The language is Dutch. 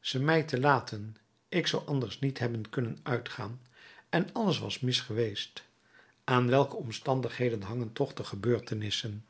ze mij te laten ik zou anders niet hebben kunnen uitgaan en alles was mis geweest aan welke omstandigheden hangen toch de gebeurtenissen